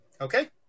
Okay